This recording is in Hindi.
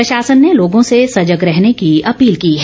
प्रशासन ने लोगों से सजग रहने की अपील की है